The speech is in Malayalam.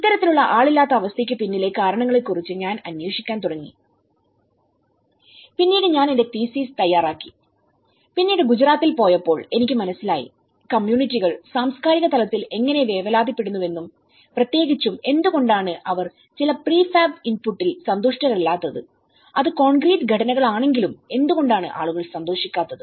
ഇത്തരത്തിലുള്ള ആളില്ലാത്ത അവസ്ഥയ്ക്ക് പിന്നിലെ കാരണങ്ങളെക്കുറിച്ച് ഞാൻ അന്വേഷിക്കാൻ തുടങ്ങി പിന്നീട് ഞാൻ എന്റെ തീസിസ്തയ്യാറാക്കി പിന്നീട് ഗുജറാത്തിൽ പോയപ്പോൾ എനിക്ക് മനസ്സിലായികമ്മ്യൂണിറ്റികൾസാംസ്കാരിക തലത്തിൽ എങ്ങനെ വേവലാതിപ്പെടുന്നുവെന്നും പ്രത്യേകിച്ചും എന്തുകൊണ്ടാണ് അവർ ചില പ്രീഫാബ് ഇൻപുട്ടിൽസന്തുഷ്ടരല്ലാത്തത് അത് കോൺക്രീറ്റ് ഘടനകളാണെങ്കിലും എന്തുകൊണ്ടാണ് ആളുകൾ സന്തോഷിക്കാത്തത്